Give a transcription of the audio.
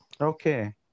Okay